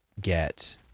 get